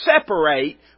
separate